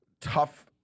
tough